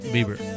Bieber